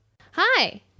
Hi